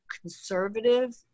conservative